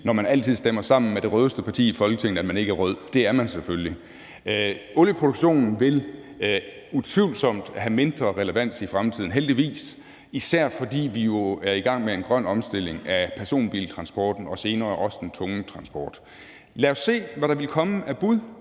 når man altid stemmer sammen med det rødeste parti i Folketinget, sige, at man ikke er rød, for det er man selvfølgelig. Olieproduktionen vil utvivlsomt have mindre relevans i fremtiden, heldigvis, især fordi vi jo er i gang med en grøn omstilling af personbiltransporten og senere også af den tunge transport. Lad os se, hvad der vil komme af bud,